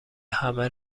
همه